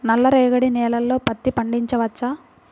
నల్ల రేగడి నేలలో పత్తి పండించవచ్చా?